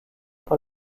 par